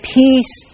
peace